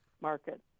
Market